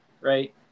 right